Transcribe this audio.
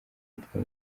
witwa